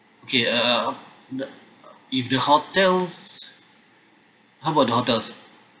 okay uh the if the hotels how about the hotels